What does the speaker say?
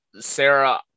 Sarah